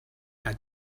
had